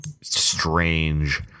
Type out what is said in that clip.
strange